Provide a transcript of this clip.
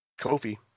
Kofi